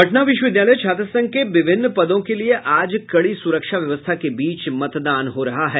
पटना विश्वविद्यालय छात्रसंघ के विभिन्न पदों के लिये आज कड़ी सूरक्षा व्यवस्था के बीच मतदान हो रहा है